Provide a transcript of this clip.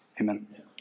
Amen